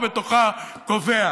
אדוני,